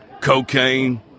cocaine